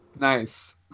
Nice